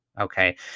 Okay